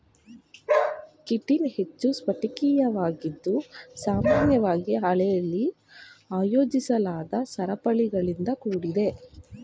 chitin ಹೆಚ್ಚು ಸ್ಫಟಿಕೀಯವಾಗಿದ್ದು ಸಾಮಾನ್ಯವಾಗಿ ಹಾಳೆಲಿ ಆಯೋಜಿಸಲಾದ ಸರಪಳಿಗಳಿಂದ ಕೂಡಿದೆ